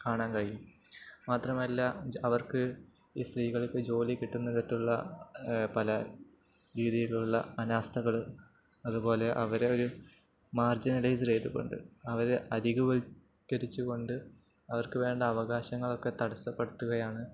കാണാൻ കഴിയും മാത്രമല്ല അവർക്ക് ഈ സ്ത്രീകൾക്ക് ജോലി കിട്ടുന്നിടത്തുള്ള പല രീതിയിലുള്ള അനാസ്ഥകള് അതുപോലെ അവരെ ഒരു മാർജിനലൈസ് ചെയ്തുകൊണ്ട് അവരെ അരികുവൽക്കരിച്ചുകൊണ്ട് അവർക്കു വേണ്ട അവകാശങ്ങളൊക്കെ തടസ്സപ്പെടുത്തുകയാണ്